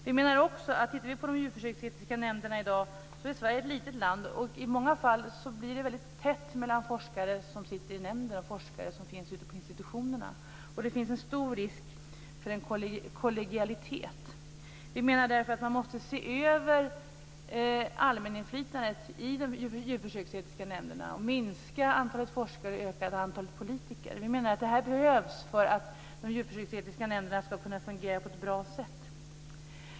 Tittar vi på de djurförsöksetiska nämnderna i dag, ser vi att Sverige är ett litet land, och det blir i många fall väldigt tätt mellan forskare som sitter i nämnderna och forskare som finns ute på institutionerna. Det finns en stor risk för en kollegialitet. Vi menar därför att man måste se över allmäninflytandet i de djurförsöksetiska nämnderna och minska antalet forskare och öka antalet politiker. Det behövs för att de djurförsöksetiska nämnderna ska kunna fungera på ett bra sätt.